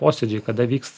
posėdžiai kada vyks